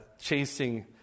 chasing